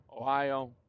Ohio